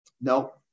No